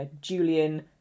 Julian